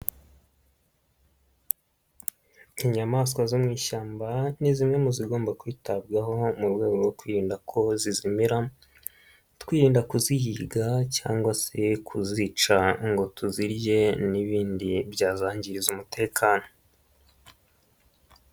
Inyamanswa zo mu ishyamba ni zimwe mu zigomba kwitabwaho mu rwego rwo kwirinda ko zizimira, twirinda kuzihiga cyangwa se kuzica ngo tuzirye n'ibindi byazangiriza umutekano.